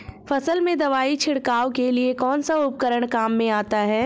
फसल में दवाई छिड़काव के लिए कौनसा उपकरण काम में आता है?